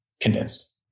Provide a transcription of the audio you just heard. condensed